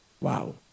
Wow